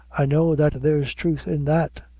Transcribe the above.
i know that there's truth in that,